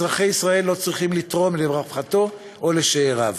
אזרחי ישראל לא צריכים לתרום לרווחתו או לשאיריו.